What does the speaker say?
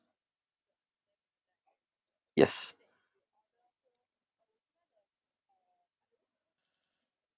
yes